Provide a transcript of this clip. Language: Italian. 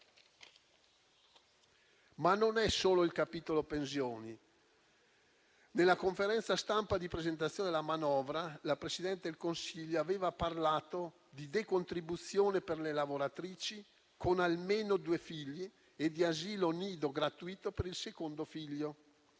Ma non c'è solo il capitolo pensioni. Nella conferenza stampa di presentazione della manovra, la Presidente del Consiglio aveva parlato di decontribuzione per le lavoratrici con almeno due figli e di asilo nido gratuito per il secondo figlio.